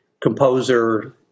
composer